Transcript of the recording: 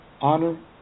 Honor